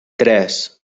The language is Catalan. tres